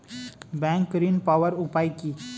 Bank ঋণ পাওয়ার উপায় কি?